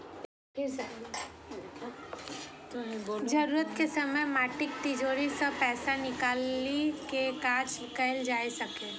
जरूरत के समय माटिक तिजौरी सं पैसा निकालि कें काज कैल जा सकैए